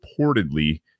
reportedly